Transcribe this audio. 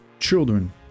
children